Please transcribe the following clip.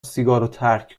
ترک